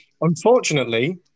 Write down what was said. unfortunately